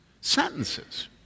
Sentences